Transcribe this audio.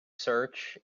search